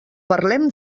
parlem